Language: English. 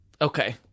okay